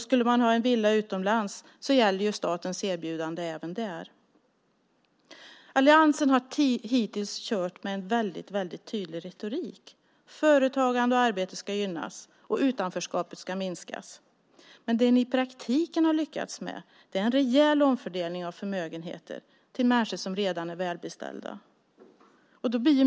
Skulle man ha en villa utomlands gäller statens erbjudande även där. Alliansen har hittills kört med en väldigt tydlig retorik. Företagande och arbete ska gynnas och utanförskapet ska minskas. Men det ni i praktiken har lyckats med är en rejäl omfördelning av förmögenheter till människor som redan är välbeställda.